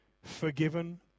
forgiven